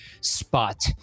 spot